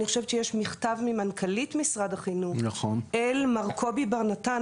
אני חושבת שיש מכתב ממנכ"לית משרד החינוך אל מר קובי בר נתן,